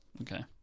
Okay